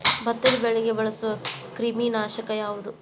ಭತ್ತದ ಬೆಳೆಗೆ ಬಳಸುವ ಕ್ರಿಮಿ ನಾಶಕ ಯಾವುದು?